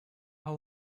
how